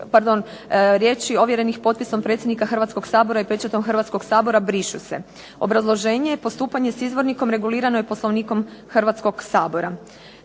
Pardon, riječi ovjerenih potpisom predsjednika Hrvatskog sabora i pečatom Hrvatskog sabora brišu se. Obrazloženje. Postupanje s izvornikom regulirano je Poslovnikom Hrvatskog sabora.